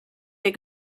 der